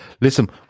Listen